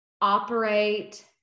operate